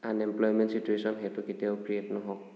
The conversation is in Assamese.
আনএমপ্লয়মেণ্ট চিটোৱেচন সেইটো কেতিয়াও ক্ৰিয়েট নহওঁক